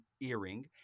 Earring